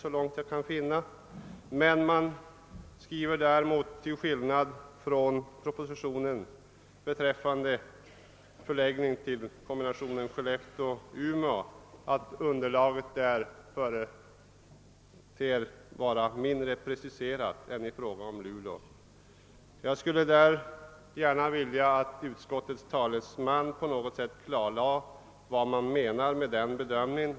Vad beträffar förläggningen av teknisk utbildning till Skellefteå-Umeåområdet skriver utskottet, att underlaget är mindre preciserat i detta område än i fråga om Luleå. Jag skulle gärna se att utskottets talesman klarlade vad man avser med denna skrivning.